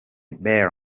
beer